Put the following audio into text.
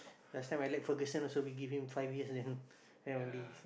last time Alex-Ferguson also was given him five years then then